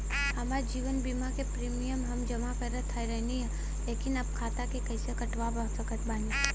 हमार जीवन बीमा के प्रीमीयम हम जा के जमा करत रहनी ह लेकिन अब खाता से कइसे कटवा सकत बानी?